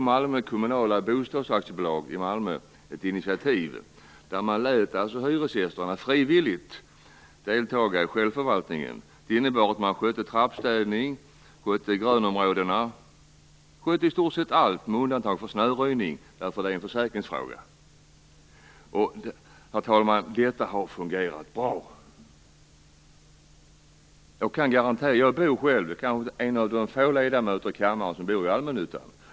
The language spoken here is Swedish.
Malmö kommunala bostadsaktiebolag tog ett initiativ. Man lät hyresgästerna frivilligt delta i självförvaltningen. Det innebär att de sköter i stort sett allt - trappstädning, grönområden m.m. - med undantag av snöröjningen; det är en försäkringsfråga. Herr talman! Detta har fungerat bra. Jag är en av de få ledamöter i kammaren som bor i allmännyttan.